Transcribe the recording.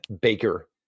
Baker